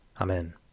Amen